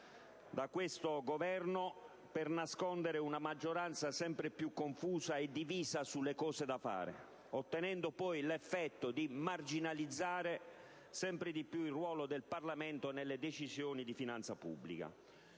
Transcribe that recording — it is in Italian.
da questo Governo per nascondere una maggioranza sempre più confusa e divisa sulle cose da fare, ottenendo l'effetto di marginalizzare sempre di più il ruolo del Parlamento nelle decisioni di finanza pubblica.